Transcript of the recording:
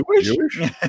Jewish